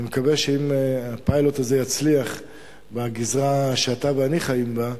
אני מקווה שאם הפיילוט הזה יצליח בגזרה שאתה ואני חיים בה,